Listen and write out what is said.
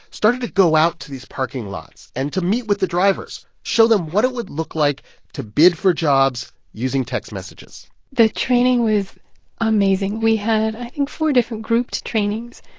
started to go out to these parking lots and to meet with the drivers, show them what it would look like to bid for jobs using text messages the training was amazing. we had, i think, four different grouped trainings,